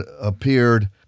appeared